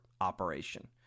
operation